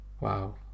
wow